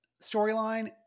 storyline